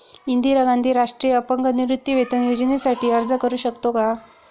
इंदिरा गांधी राष्ट्रीय अपंग निवृत्तीवेतन योजनेसाठी अर्ज करू शकतो का?